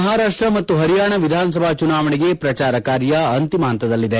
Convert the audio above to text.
ಮಹಾರಾಷ್ಷ ಮತ್ತು ಪರಿಯಾಣ ವಿಧಾನಸಭಾ ಚುನಾವಣೆಗೆ ಪ್ರಜಾರ ಕಾರ್ಯ ಅಂತಿಮ ಪಂತದಲ್ಲಿದೆ